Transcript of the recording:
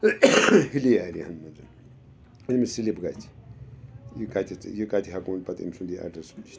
hilly ایریاہَن منٛز أمِس سِلِپ گژھِ یہِ کَتِتھ یہِ کَتہِ ہٮ۪کہ ونہٕ پَتہٕ أمۍ سُنٛد یہِ ایٚڈرَس وُچھِتھ